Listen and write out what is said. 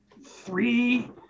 three